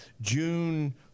june